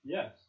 Yes